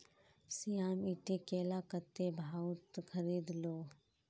श्याम ईटी केला कत्ते भाउत खरीद लो